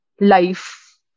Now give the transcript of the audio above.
life